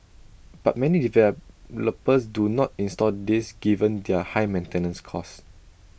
but many developers do not install these given their high maintenance costs